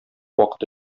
вакыты